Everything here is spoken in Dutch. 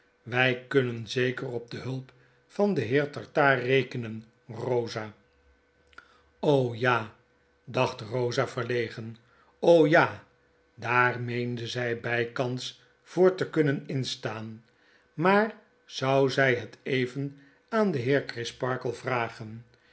wy kunnen zeker op de hulp van den heer tartaar rekenen rosa ja dacht rosa verlegen ja daar meende zij bykans voor te kunnen instaan maar zou zy het even aan den heer crisparkle vragen